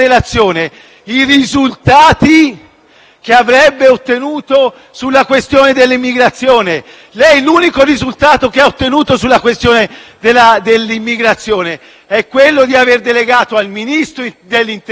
che avrebbe ottenuto sulla questione dell'immigrazione. L'unico risultato che ha ottenuto sulla questione dell'immigrazione è aver delegato al Ministro dell'interno le sue funzioni, e questo